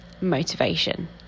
Motivation